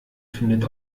findet